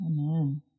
Amen